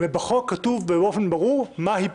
ובחוק כתוב באופן ברור מהי פרישה.